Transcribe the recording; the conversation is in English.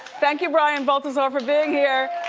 thank you, brian balthazar, for being here.